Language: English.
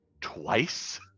twice